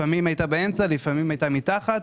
לפעמים הייתה באמצע ולפעמים הייתה מתחת.